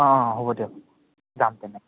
অঁ অঁ হ'ব দিয়ক যাম তেনে